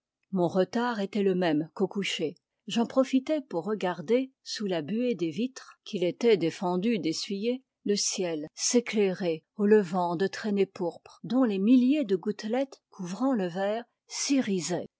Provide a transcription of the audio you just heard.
mon retard était le même qu'au coucher j'en profitais pour regarder sous la buée des vitres qu'il était défendu d'essuyer le ciel s'éclairer au levant de traînées pourpres dont les milliers de gouttelettes couvrant le verre s'irisaient